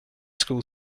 school